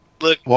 Look